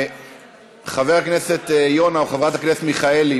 חבר הכנסת יונה או חברת הכנסת מיכאלי,